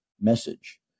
message